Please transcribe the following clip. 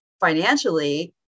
financially